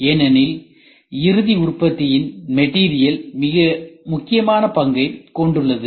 ஏனெனில் இறுதி உற்பத்தியில் மெட்டீரியல் மிக முக்கியமான பங்கைக் கொண்டுள்ளது